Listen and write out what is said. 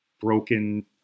broken